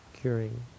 curing